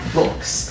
books